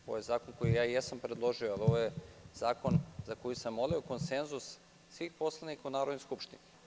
Ovo je zakon koji ja jesam predložio, ali ovo je zakon za koji sam molio konsenzus svih poslanika u Narodnoj skupštini.